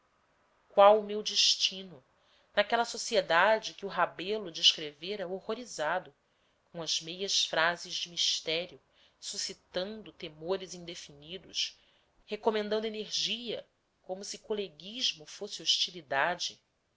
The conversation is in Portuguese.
qual o meu destino naquela sociedade que o rebelo descrevera horrorizado com as meias frases de mistério suscitando temores indefinidos recomendando energia como se coleguismo fosse hostilidade